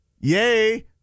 yay